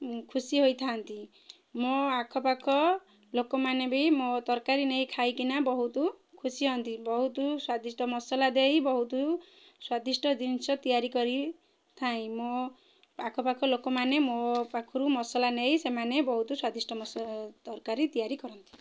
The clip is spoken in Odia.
ଖୁସି ହୋଇଥାନ୍ତି ମୋ ଆଖପାଖ ଲୋକମାନେ ବି ମୋ ତରକାରୀ ନେଇ ଖାଇକିନା ବହୁତ ଖୁସି ହୁଅନ୍ତି ବହୁତ ସ୍ଵାଦିଷ୍ଟ ମସଲା ଦେଇ ବହୁତ ସ୍ଵାଦିଷ୍ଟ ଜିନିଷ ତିଆରି କରିଥାଏ ମୋ ଆଖପାଖ ଲୋକମାନେ ମୋ ପାଖରୁ ମସଲା ନେଇ ସେମାନେ ବହୁତ ସ୍ଵାଦିଷ୍ଟ ମସଲା ତରକାରୀ ତିଆରି କରନ୍ତି